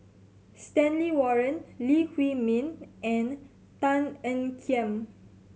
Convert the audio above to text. Stanley Warren Lee Huei Min and Tan Ean Kiam